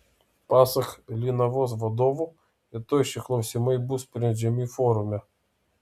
pasak linavos vadovo rytoj šie klausimai bus sprendžiami forume